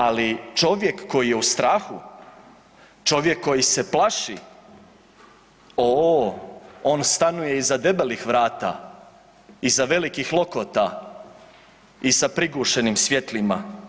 Ali čovjek koji je u strahu, čovjek koji se plaši oooo, on stanuje iza debelih vrata, iza debelih lokota i sa prigušenim svjetlima.